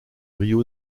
rio